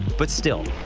but still.